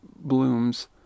blooms